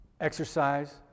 Exercise